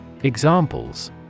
Examples